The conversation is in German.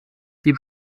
die